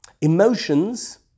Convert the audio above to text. Emotions